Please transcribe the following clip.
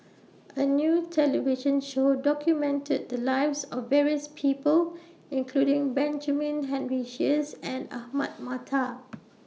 A New television Show documented The Lives of various People including Benjamin Henry Sheares and Ahmad Mattar